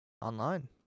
online